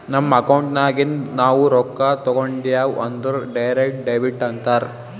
ನಮ್ ಅಕೌಂಟ್ ನಾಗಿಂದ್ ನಾವು ರೊಕ್ಕಾ ತೇಕೊಂಡ್ಯಾವ್ ಅಂದುರ್ ಡೈರೆಕ್ಟ್ ಡೆಬಿಟ್ ಅಂತಾರ್